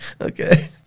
okay